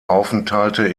aufenthalte